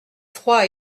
froid